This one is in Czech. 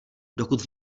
dokud